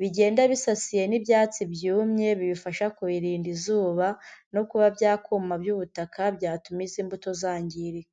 bigenda bisasiye n'ibyatsi byumye bibafasha kubirinda izuba no kuba byakuma by'ubutaka byatumaza imbuto zangirika.